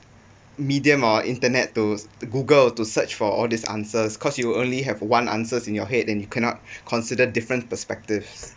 medium or internet to Google to search for all these answers because you only have one answer in your head and you cannot considered different perspectives